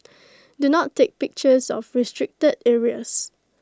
do not take pictures of restricted areas